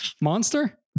Monster